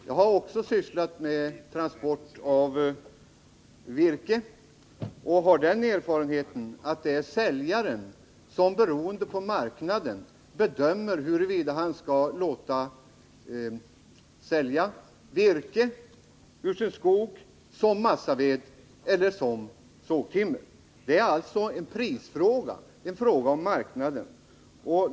Jag har också sysslat med transport av virke och har den erfarenheten att det är säljaren som beroende på marknaden bedömer huruvida han skall låta sälja virke ur sin skog som massaved eller som sågtimmer. Det är alltså en prisfråga, en fråga om marknaden.